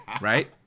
right